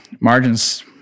margins